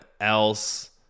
else